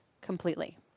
completely